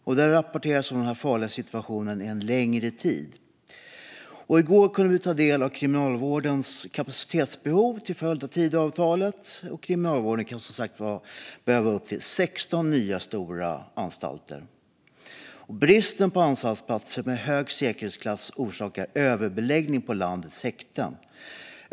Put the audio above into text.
Det har rapporterats om denna farliga situation en längre tid. I går kunde vi ta del av Kriminalvårdens kapacitetsbehov till följd av Tidöavtalet. Kriminalvården kan som sagt behöva upp till 16 nya stora anstalter. Bristen på anstaltsplatser med hög säkerhetsklass orsakar överbeläggning på landets häkten.